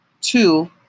two